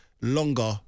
longer